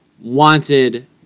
wanted